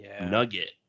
nugget